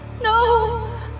No